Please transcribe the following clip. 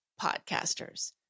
podcasters